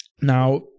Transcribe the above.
Now